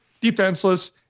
defenseless